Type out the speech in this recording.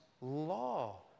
law